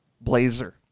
blazer